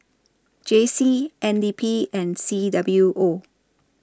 J C N D P and C W O